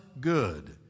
good